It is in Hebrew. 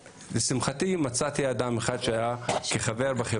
לשמחתי, מצאתי אדם אחד שהיה חבר.